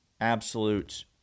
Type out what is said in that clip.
absolute